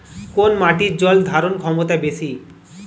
কোন মাটির জল ধারণ ক্ষমতা বেশি?